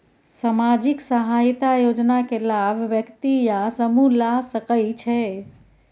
सामाजिक सहायता योजना के लाभ व्यक्ति या समूह ला सकै छै?